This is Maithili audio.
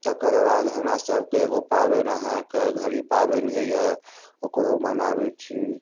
तकर बाद हमरा सबके एगो पाबनि अहाँके घरी पाबनि होइया ओकरो मनाबैत छी